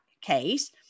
case